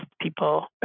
people